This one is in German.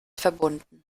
verbunden